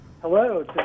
Hello